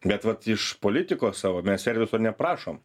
bet vat iš politiko savo mes serviso neprašom